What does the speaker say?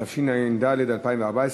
התשע"ד 2014,